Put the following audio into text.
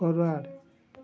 forward